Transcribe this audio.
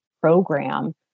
program